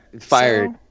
fired